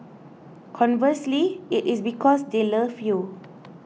conversely it is because they love you